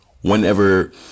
Whenever